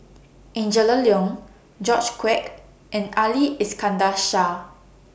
Angela Liong George Quek and Ali Iskandar Shah